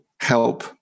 help